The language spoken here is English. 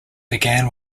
began